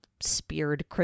speared